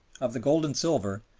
of the gold and silver,